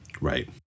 Right